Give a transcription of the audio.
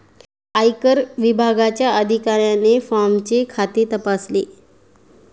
आयकर विभागाच्या अधिकाऱ्याने फॉर्मचे खाते तपासले